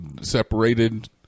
separated